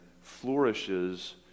flourishes